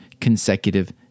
consecutive